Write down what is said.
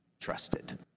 trusted